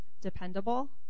Dependable